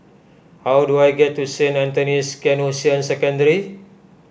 how do I get to Saint Anthony's Canossian Secondary